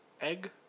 Egg